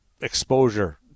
exposure